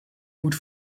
moet